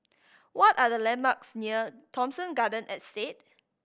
what are the landmarks near Thomson Garden Estate